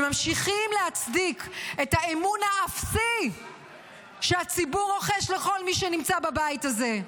וממשיכים להצדיק את האמון האפסי שהציבור רוחש לכל מי שנמצא בבית הזה.